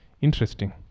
interesting